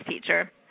teacher